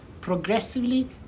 progressively